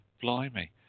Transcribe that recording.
blimey